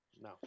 No